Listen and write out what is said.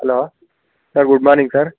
hello sir good morning sir